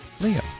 leo